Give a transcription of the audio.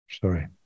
sorry